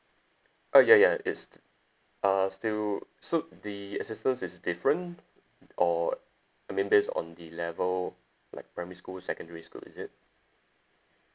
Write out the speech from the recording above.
oh ya ya it's uh still so the assistance is different or I mean based on the level like primary school secondary school is it